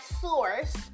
source